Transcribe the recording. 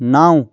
نَو